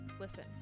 listen